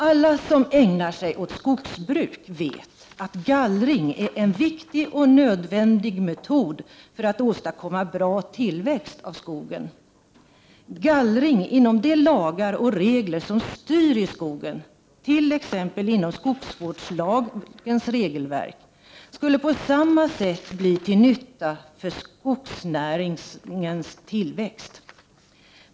Alla som ägnar sig åt skogsbruk vet att gallring är en viktig och nödvändig metod för att åstadkomma bra tillväxt av skogen. Gallring inom de lagar och regler som styr i skogen, t.ex. inom skogsvårdslagens regelverk, skulle på samma sätt bli till nytta för skogsnäringens tillväxt.